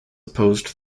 opposed